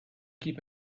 keep